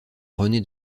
rené